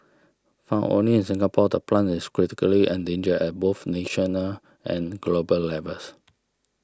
found only in Singapore the plant is critically endangered at both national and global levels